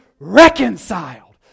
reconciled